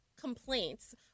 complaints